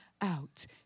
out